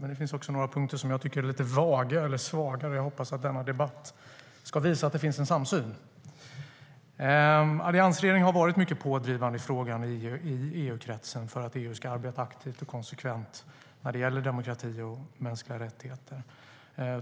men där finns också några punkter som jag tycker är lite vaga eller svaga. Jag hoppas att denna debatt ska visa att det finns en samsyn. Alliansregeringen har varit mycket pådrivande i frågan i EU-kretsen för att EU ska arbeta aktivt och konsekvent när det gäller demokrati och mänskliga rättigheter.